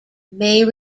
may